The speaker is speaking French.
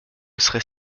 serais